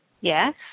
Yes